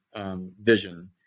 vision